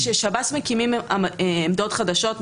כששב"ס מקימים עמדות חדשות,